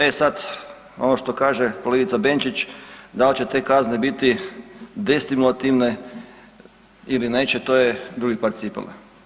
E sad, ono što kaže kolegica Benčić da li će te kazne biti destimulativne ili neće to je drugi par cipela.